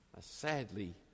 sadly